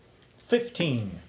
Fifteen